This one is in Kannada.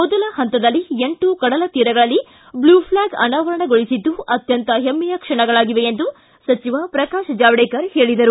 ಮೊದಲ ಹಂತದಲ್ಲಿ ಎಂಟು ಕಡಲತೀರಗಳಲ್ಲಿ ಬ್ಲೂ ಫ್ಲಾಗ್ ಅನಾವರಣಗೊಳಿಸಿದ್ದು ಅತ್ಯಂತ ಹೆಮ್ಮೆಯ ಕ್ಷಣಗಳಾಗಿವೆ ಎಂದು ಸಚಿವ ಪ್ರಕಾಶ್ ಜಾವಡೇಕರ್ ತಿಳಿಸಿದರು